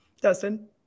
Dustin